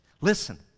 Listen